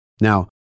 Now